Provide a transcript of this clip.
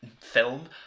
film